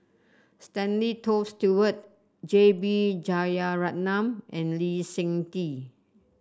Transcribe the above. Stanley Toft Stewart J B Jeyaretnam and Lee Seng Tee